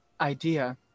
idea